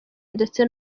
ndetse